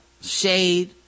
shade